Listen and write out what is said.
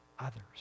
others